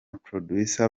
producer